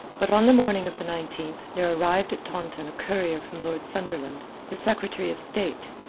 but on the morning of the nineteenth there arrived at taunton a courier from lord sunderland, the secretary of state,